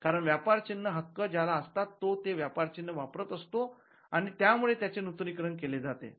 कारण व्यापार चिन्ह हक्क ज्याला असतात तो ते व्यापार चिन्ह वापरत असतो आणि त्यामुळे त्याचे नूतनीकरण केले जाते